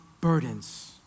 burdens